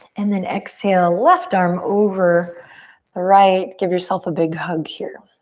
and then exhale, left arm over the right. give yourself a big hug here.